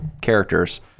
characters